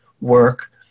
work